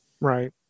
Right